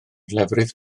lefrith